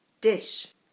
dish